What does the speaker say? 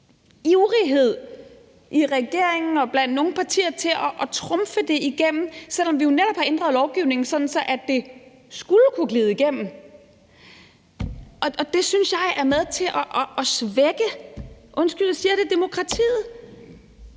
ivrighed i regeringen og blandt nogle partier til at trumfe det igennem, selv om vi jo netop har ændret lovgivningen, sådan at det skulle kunne glide igennem. Det synes jeg er med til at svække – undskyld, jeg siger det – demokratiet.